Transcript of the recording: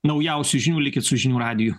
naujausių žinių likit su žinių radiju